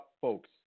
folks